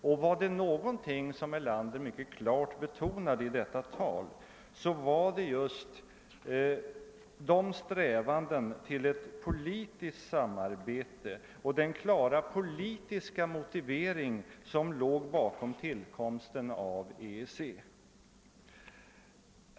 Och var det någonting som herr Erlander mycket klart betonade i detta tal så var det just de strävanden till ett politiskt samarbete och den klara politiska motivering som låg bakom tillkomsten av EEC.